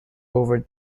over